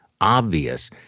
obvious